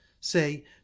Say